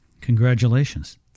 Congratulations